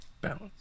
Balance